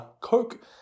coke